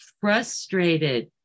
frustrated